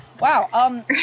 Wow